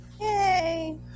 Yay